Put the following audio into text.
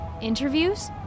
Interviews